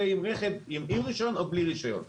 לבחון האם רכב עם רישיון או בלי רישיון.